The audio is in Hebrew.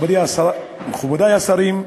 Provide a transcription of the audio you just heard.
מכובדי השרים,